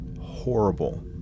horrible